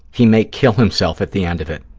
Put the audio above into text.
he may kill himself at the end of it.